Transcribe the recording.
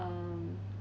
um